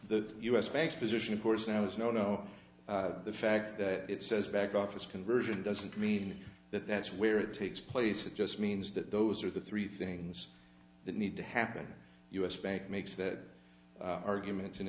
the us banks position of course now is no no the fact that it says back office conversion doesn't mean that that's where it takes place it just means that those are the three things that need to happen u s bank makes that argument